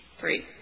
Three